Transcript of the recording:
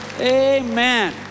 Amen